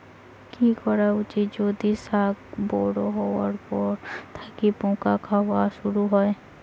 কি করা উচিৎ যদি শাক বড়ো হবার পর থাকি পোকা খাওয়া শুরু হয়?